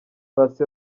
paccy